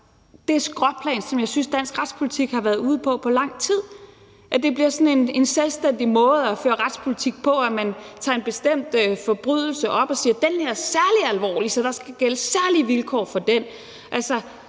det skråplan, som jeg synes dansk retspolitik har været ude på i lang tid – at det bliver sådan en selvstændig måde at føre retspolitik på, at man tager en bestemt forbrydelse op og siger: Den her er særlig alvorlig, så der skal gælde særlige vilkår for den.